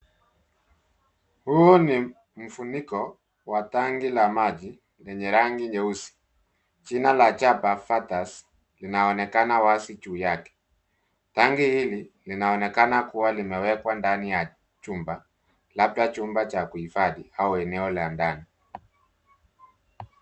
Huu ni mfuniko wa Tanki la maji lenye rangi nyeusi. Jina la chapa Vectus linaonekana wazi juu yake. Tanki hili linaonekana kuwa limewekwa ndani ya chumba labda chumba cha kuhifadhi au eneo la ndani.